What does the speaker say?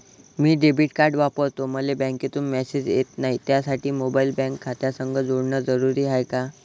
मी debit card वापरतो मले बँकेतून मॅसेज येत नाही, त्यासाठी मोबाईल बँक खात्यासंग जोडनं जरुरी हाय का?